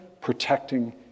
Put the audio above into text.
protecting